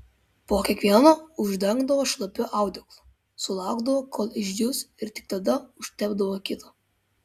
po kiekvieno uždengdavo šlapiu audeklu sulaukdavo kol išdžius ir tik tada užtepdavo kitą